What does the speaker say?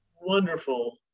wonderful